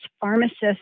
pharmacists